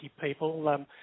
people